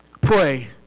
Pray